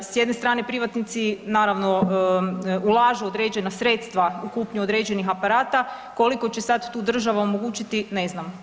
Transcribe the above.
S jedne strane, privatnici naravno ulažu određena sredstva u kupnju određenih aparata, koliko će sad tu država omogućiti, ne znam.